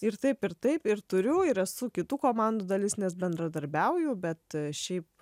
ir taip ir taip ir turiu ir esu kitų komandų dalis nes bendradarbiauju bet šiaip